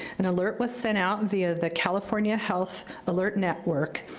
an alert was sent out via the california health alert network,